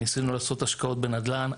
ניסינו לעשות השקעות בנדל"ן.